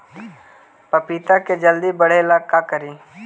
पपिता के जल्दी बढ़े ल का करिअई?